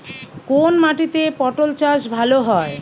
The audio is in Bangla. কোন মাটিতে পটল চাষ ভালো হবে?